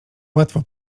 łatwo